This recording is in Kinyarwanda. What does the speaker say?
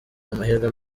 amahirwe